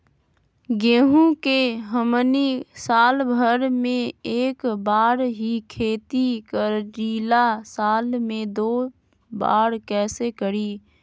गेंहू के हमनी साल भर मे एक बार ही खेती करीला साल में दो बार कैसे करी?